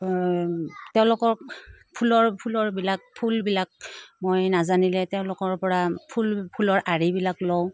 তেওঁলোকক ফুলৰ ফুলৰবিলাক ফুলবিলাক মই নাজানিলে তেওঁলোকৰপৰা ফুল ফুলৰ আৰিবিলাক লওঁ